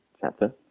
chapter